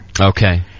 Okay